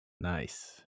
Nice